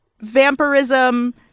vampirism